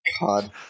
God